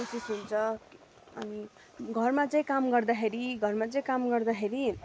कोसिस हुन्छ अनि घरमा चाहिँ काम गर्दाखेरि घरमा चाहिंँ काम गर्दाखेरि